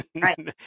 Right